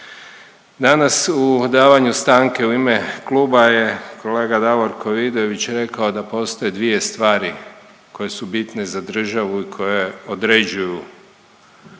Danas u davanju stanke u ime kluba je kolega Davorko Vidović rekao da postoje dvije stvari koje su bitne za državu i koje određuju, čovjek